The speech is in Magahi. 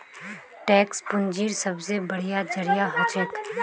टैक्स पूंजीर सबसे बढ़िया जरिया हछेक